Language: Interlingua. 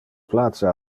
place